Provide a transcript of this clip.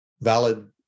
valid